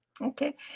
Okay